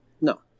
No